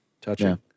touching